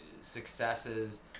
successes